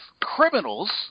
criminals